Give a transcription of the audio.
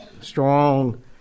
Strong